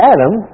Adam